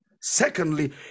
Secondly